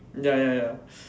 ya ya ya